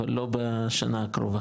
אבל לא בשנה הקרובה